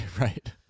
Right